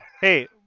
Hey